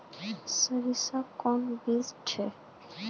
सरीसा कौन बीज ठिक?